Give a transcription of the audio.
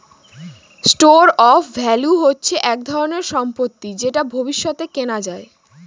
store of value হচ্ছে এক ধরনের সম্পত্তি যেটা ভবিষ্যতে কেনা যায়